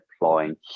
deploying